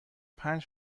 پنج